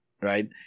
right